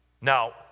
Now